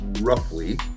roughly